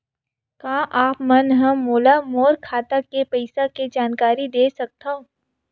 का आप मन ह मोला मोर खाता के पईसा के जानकारी दे सकथव?